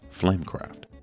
Flamecraft